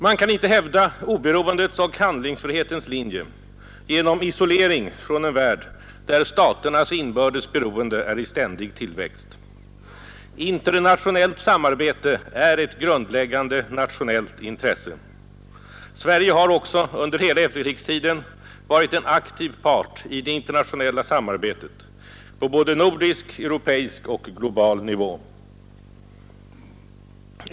Man kan inte hävda oberoendets och handlingsfrihetens linje genom isolering från en värld, där staternas inbördes beroende är i ständig tillväxt. Internationellt samarbete är ett grundläggande nationellt intresse. Sverige har också under hela efterkrigstiden varit en aktiv part i det internationella samarbetet på både nordisk, europeisk och global nivå.